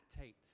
Tate